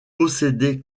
posséder